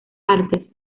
artes